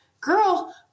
girl